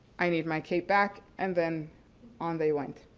i need my cape back and then on they went.